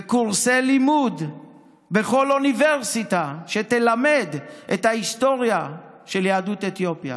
ובקורסי לימוד בכל אוניברסיטה ילמדו את ההיסטוריה של יהדות אתיופיה,